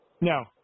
No